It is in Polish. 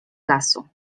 lasu